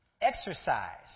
exercise